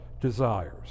desires